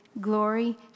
glory